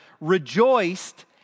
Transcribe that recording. rejoiced